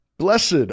Blessed